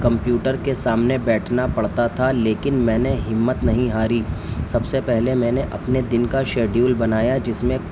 computer کے سامنے بیٹھنا پڑتا تھا لیکن میں نے ہمت نہیں ہاری سب سے پہلے میں نے اپنے دن کا شیڈیول بنایا جس میں